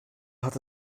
hat